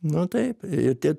nu taip ir tie